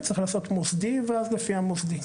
הוא צריך לעשות מוסדי ואז לפי המוסדי.